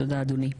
תודה אדוני.